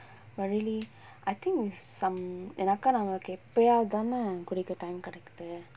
but really I think it's some எனக்கு எப்பயாது தான குடிக்க:enakku eppayaathu thaana kudikka time கெடைக்குது:kedaikkuthu